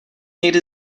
někdy